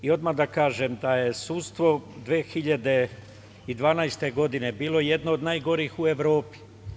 Odmah da kažem da je sudstvo 2012. godine, bilo jedno od najgorih u Evropi.